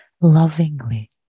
lovingly